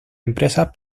empresas